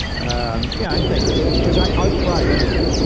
um yeah i think it is, cause i i try anything.